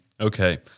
Okay